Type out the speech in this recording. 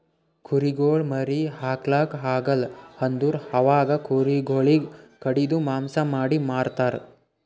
ಕುರಿಗೊಳ್ ಮರಿ ಹಾಕ್ಲಾಕ್ ಆಗಲ್ ಅಂದುರ್ ಅವಾಗ ಕುರಿ ಗೊಳಿಗ್ ಕಡಿದು ಮಾಂಸ ಮಾಡಿ ಮಾರ್ತರ್